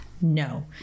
No